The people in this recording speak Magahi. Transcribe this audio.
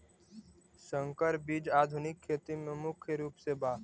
संकर बीज आधुनिक खेती में मुख्य रूप से बा